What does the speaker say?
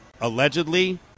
allegedly